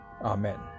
Amen